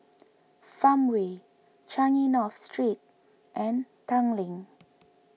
Farmway Changi North Street and Tanglin